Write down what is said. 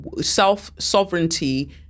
self-sovereignty